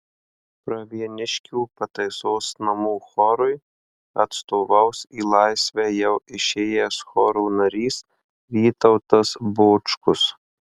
pravieniškių pataisos namų chorui atstovaus į laisvę jau išėjęs choro narys vytautas bočkus